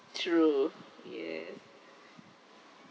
true yes